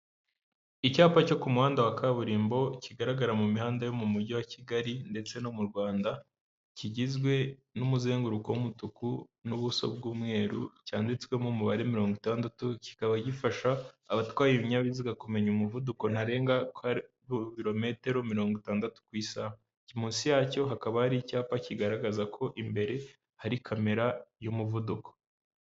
Icyapa cyo ku muhanda wa kaburimbo kigaragara mu mihanda yo mu mujyi wa Kigali ndetse no mu rwanda kigizwe n'umuzenguruko w'umutuku n'ubuso bw'umweru cyanditswemo umubare mirongo itandatu kikaba gifasha abatwaye ibinyabiziga kumenya umuvuduko ntarengwa ko ari ibirometero mirongo itandatu ku isaha munsi yacyo hakaba hari icyapa kigaragaza ko imbere hari kamera y'umuvuduko.